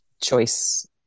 choice